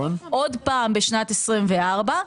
עוד פעם בשנת 2024,